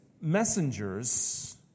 messengers